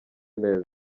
neza